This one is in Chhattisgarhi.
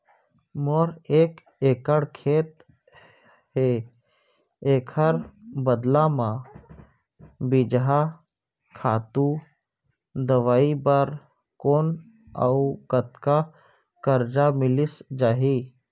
मोर एक एक्कड़ खेत हे, एखर बदला म बीजहा, खातू, दवई बर कोन अऊ कतका करजा मिलिस जाही?